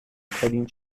ترین